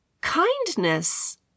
kindness